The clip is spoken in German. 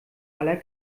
aller